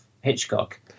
Hitchcock